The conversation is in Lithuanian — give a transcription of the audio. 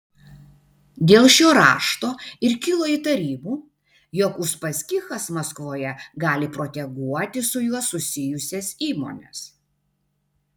dėl šio rašto ir kilo įtarimų jog uspaskichas maskvoje gali proteguoti su juo susijusias įmones